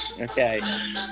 Okay